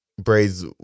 braids